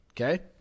Okay